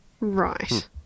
Right